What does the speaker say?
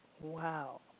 Wow